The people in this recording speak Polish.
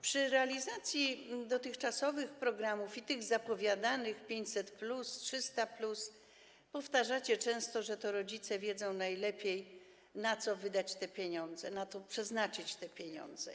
Przy realizacji dotychczasowych programów i tych zapowiadanych, 500+, 300+, powtarzacie często, że to rodzice wiedzą najlepiej, na co wydać te pieniądze, na co przeznaczyć te pieniądze.